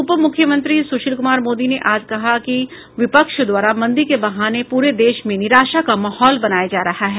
उप मुख्यमंत्री सुशील कुमार मोदी ने आज कहा कि विपक्ष द्वारा मंदी के बहाने पूरे देश में निराशा का माहौल बनाया जा रहा है